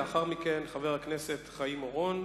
לאחר מכן, חבר הכנסת חיים אורון.